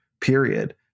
period